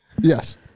Yes